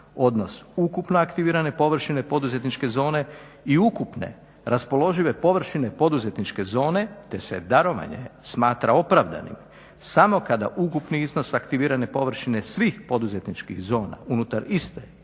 odnos ukupno aktivirane površine poduzetničke zone i ukupne raspoložive površine poduzetničke zone, te se darovanje smatra opravdanim samo kada ukupni iznos aktivirane površine svih poduzetničkih zona unutar iste jedinice